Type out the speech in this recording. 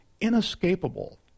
inescapable